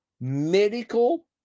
medical